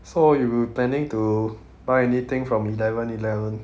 so you planning to buy anything from eleven eleven